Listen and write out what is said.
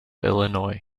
illinois